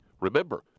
remember